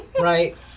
right